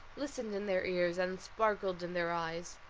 listened in their ears, and sparkled in their eyes.